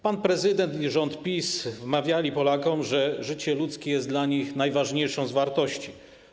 Pan prezydent i rząd PiS wmawiali Polakom, że życie ludzkie jest dla nich najważniejszą z wartości.